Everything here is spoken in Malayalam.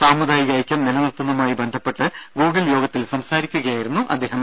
സാമുദായിക ഐക്യം നിലനിർത്തുന്നതുമായി ബന്ധപ്പെട്ട് ഗൂഗിൾ യോഗത്തിൽ സംസാരിക്കുകയായിരുന്നു അദ്ദേഹം